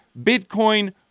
Bitcoin